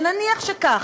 ונניח שכך,